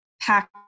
pack